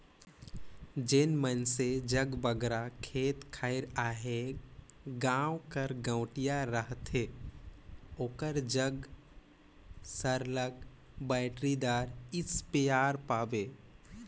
जेन मइनसे जग बगरा खेत खाएर अहे गाँव कर गंवटिया रहथे ओकर जग सरलग बइटरीदार इस्पेयर पाबे